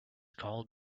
called